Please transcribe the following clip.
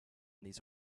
these